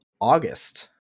August